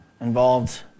involved